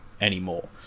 anymore